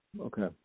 Okay